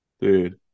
dude